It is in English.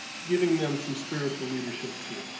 giving them some spiritual leadership too.